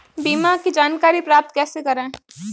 बीमा की जानकारी प्राप्त कैसे करें?